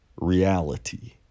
reality